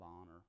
Honor